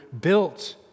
built